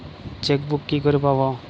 Chequebook কি করে পাবো?